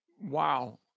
Wow